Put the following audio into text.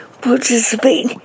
participate